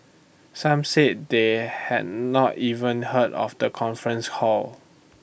some said they had not even heard of the conference hall